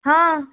ହଁ